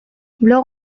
blog